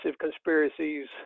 conspiracies